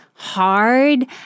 hard